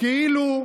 תלמד להתנהג.